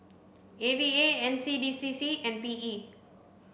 A V A N C D C C and P E